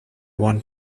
one